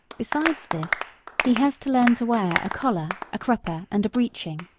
besides this he has to learn to wear a collar, a crupper, and a breeching,